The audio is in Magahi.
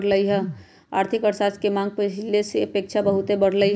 आर्थिक अर्थशास्त्र के मांग पहिले के अपेक्षा बहुते बढ़लइ ह